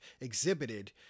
exhibited